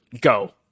go